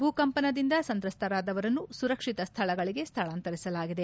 ಭೂ ಕಂಪನದಿಂದ ಸಂತ್ರಸ್ತರಾದವರನ್ನು ಸುರಕ್ಷಿತ ಸ್ಥಳಗಳಿಗೆ ಸ್ಥಳಾಂತರಿಸಲಾಗಿದೆ